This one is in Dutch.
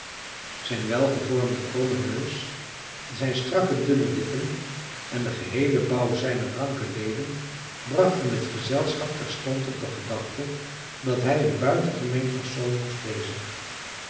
zijn welgevormde kromme neus zijn strakke dunne lippen en de geheele bouw zijner ranke leden brachten het gezelschap terstond op de gedachte dat hij een buitengemeen persoon moest wezen